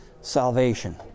salvation